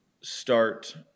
start